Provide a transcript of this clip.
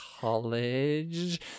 college